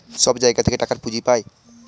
সব জায়গা থেকে টাকার পুঁজি পাই